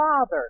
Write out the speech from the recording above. father